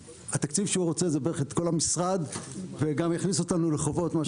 התקציב שהוא רוצה זה בערך את כל המשרד וגם יכניס אותנו לחובות מה שנקרא.